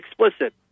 explicit